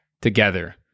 together